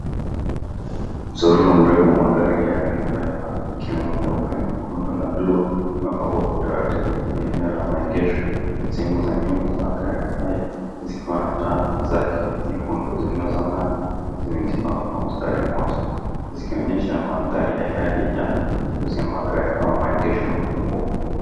Msururu mrefu wa magari ya rangi mbalimbali ikiwemo mekundu, meupe na bluu, yamepangwa vizuri kwenye eneo la maegesho. Magari hayo yote yanaonekana mapya na yamepaki kwa nafasi, hivi vinavyoonyesha mandhari ya yadi ya magari au maegesho makubwa.